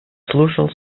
слушал